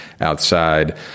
outside